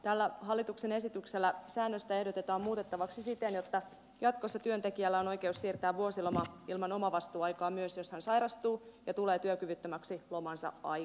tällä hallituksen esityksellä säännöstä ehdotetaan muutettavaksi siten että jatkossa työntekijällä on oikeus siirtää vuosiloma ilman omavastuuaikaa myös jos hän sairastuu ja tulee työkyvyttömäksi lomansa aikana